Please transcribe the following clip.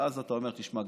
ואז אתה אומר: תשמע,